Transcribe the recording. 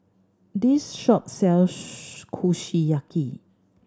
this shop sells Kushiyaki